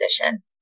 position